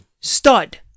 stud